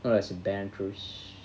alright she is